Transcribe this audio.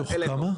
מתוך כמה?